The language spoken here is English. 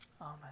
Amen